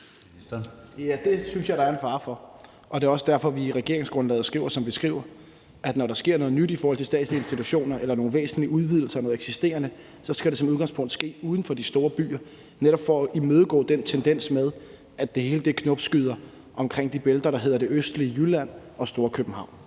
Dahlin): Ja, det synes jeg der er en fare for, og det er også derfor, at vi i regeringsgrundlaget skriver, som vi skriver, nemlig at når der sker noget nyt i forhold til statslige institutioner eller nogle væsentlige udvidelser af noget eksisterende, så skal det som udgangspunkt ske uden for de store byer – netop for at imødegå den tendens med, at det hele knopskyder omkring de bælter, der hedder det østlige Jylland og Storkøbenhavn.